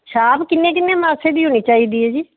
ਛਾਪ ਕਿੰਨੇ ਕਿੰਨੇ ਮਾਸੇ ਦੀ ਹੋਣੀ ਚਾਹੀਦੀ ਹੈ ਜੀ